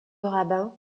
rabbin